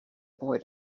boy